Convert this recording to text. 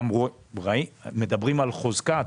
מדברים על חוזקה,